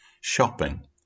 shopping